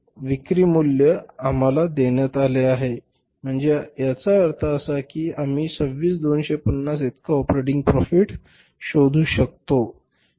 आणि विक्री मूल्य आम्हाला देण्यात आले आहे म्हणजे याचा अर्थ असा की आम्ही 26250 इतका ऑपरेटिंग प्राॅफिट शोधू शकलो